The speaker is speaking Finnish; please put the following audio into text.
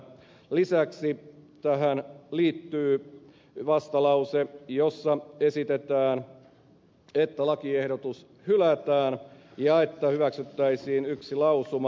lisäksi tähän liittyy vastalause jossa esitetään että lakiehdotus hylätään ja että hyväksyttäisiin yksi lausuma